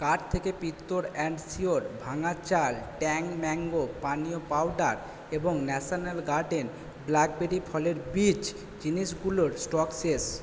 cart থেকে Pure and Sure ভাঙ্গা চাল ট্যাং ম্যাঙ্গো পানীয় পাউডার এবং ন্যাাশনাল গার্ডেনস্ ব্ল্যাকবেরি ফলের বীজ জিনিসগুলোর স্টক শেষ